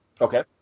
okay